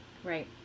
Right